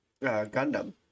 Gundam